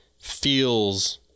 feels